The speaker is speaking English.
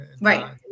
Right